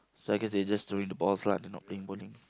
so I guess they just throwing the balls lah they not playing bowling